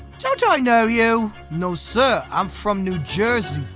don't i know you? no, sir. i'm from new jersey.